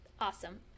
Awesome